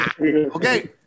Okay